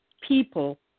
people